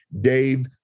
Dave